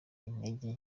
intege